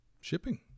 shipping